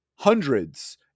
hundreds